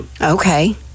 Okay